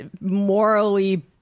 morally